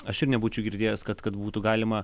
aš ir nebūčiau girdėjęs kad kad būtų galima